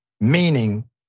Meaning